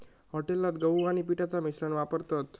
हॉटेलात गहू आणि पिठाचा मिश्रण वापरतत